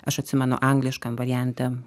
aš atsimenu angliškam variante